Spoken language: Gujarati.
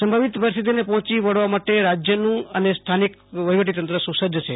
સંભવિત પરિસ્થિતિને પહોંચી વળવા માટે રાજ્યનું અને સ્થાનિક વ્ફીવટીતંત્ર સુ સજ્જ છે